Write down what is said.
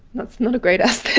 not so not a great aesthetic.